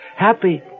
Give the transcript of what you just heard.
Happy